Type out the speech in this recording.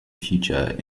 future